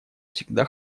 всегда